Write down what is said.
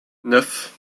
neuf